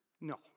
No